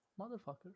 Motherfucker